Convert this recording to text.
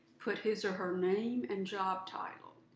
put his or her name and job title.